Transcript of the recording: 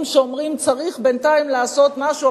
שאומרים: צריך בינתיים לעשות משהו,